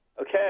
Okay